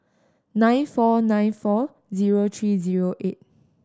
nine four nine four zero three zero eight